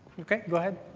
ok, go ahead.